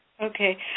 Okay